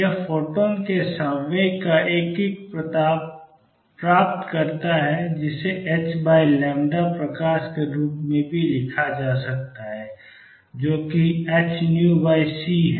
यह फोटॉन के संवेग का एक किक प्राप्त करता है जिसे h प्रकाश के रूप में भी लिखा जा सकता है जो कि hνc है